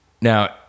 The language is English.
Now